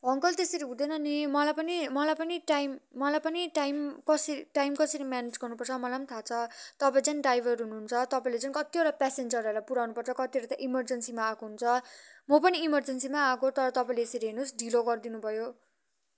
uncle त्यसरी हुँदैन नि मलाई पनि मलाई पनि टाइम मलाई पनि टाइम कसरी टाइम कसरी म्यानेज गर्नुपर्छ मलाई पनि थाहा छ तपाईँ झन ड्राइभर हुनुहुन्छ तपाईँले झन कतिवटा प्यासेन्जरहरूलाई पुऱ्याउनु पर्छ कतिवटा त इमर्जेन्सीमा आएको हुन्छ म पनि इमर्जेन्सीमा आएको तर तपाईँले यसरी हेर्नुहोस् ढिलो गरिदिनु भयो